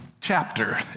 chapter